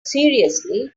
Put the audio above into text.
seriously